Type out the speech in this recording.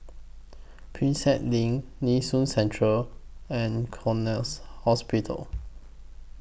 Prinsep LINK Nee Soon Central and Connexion Hospital